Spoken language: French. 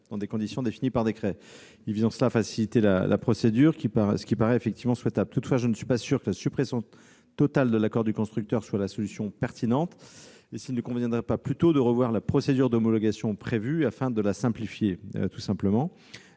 dans des conditions définies par décret. Il s'agit de faciliter la procédure ; cela paraît effectivement souhaitable. Toutefois, je ne suis pas sûr que la suppression totale de l'accord du constructeur soit la solution pertinente. Ne conviendrait-il pas plutôt de revoir la procédure d'homologation prévue pour la simplifier ? La commission